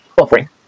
offering